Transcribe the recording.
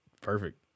perfect